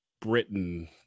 Britain